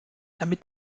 damit